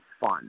fun